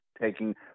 taking